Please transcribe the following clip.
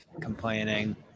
complaining